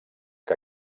que